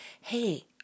Hey